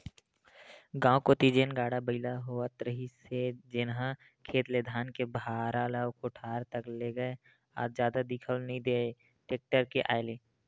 गाँव कोती जेन गाड़ा बइला होवत रिहिस हे जेनहा खेत ले धान के भारा ल कोठार तक लेगय आज जादा दिखउल नइ देय टेक्टर के आय ले